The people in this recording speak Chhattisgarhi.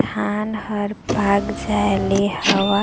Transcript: धान हर पाक जाय ले हवा